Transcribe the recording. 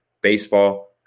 baseball